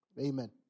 Amen